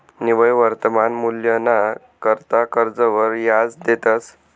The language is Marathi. निव्वय वर्तमान मूल्यना करता कर्जवर याज देतंस